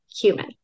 Human